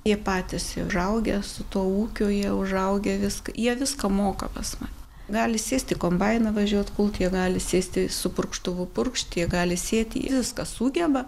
jie patys užaugę su tuo ūkiu jie užaugę viską jie viską moka pas mane gali sėst į kombainą važiuot kult jie gali sėsti su purkštuvu purkšt jie gali sėti jie viską sugeba